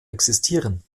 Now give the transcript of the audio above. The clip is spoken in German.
existieren